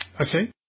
Okay